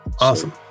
awesome